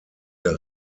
der